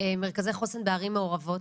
מרכזי חוסן בערים מעורבות.